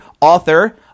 author